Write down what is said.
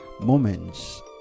moments